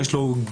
יש לו גזבר,